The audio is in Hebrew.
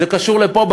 זה קשור לפה,